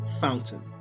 fountain